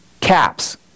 caps